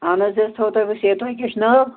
اَہن حظ یہِ حظ تھوہو بہٕ سیو تۄہہِ کیٛاہ چھُ ناو